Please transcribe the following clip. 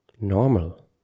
normal